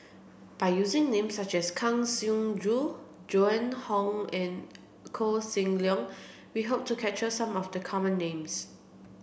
by using names such as Kang Siong Joo Joan Hon and Koh Seng Leong we hope to capture some of the common names